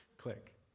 Click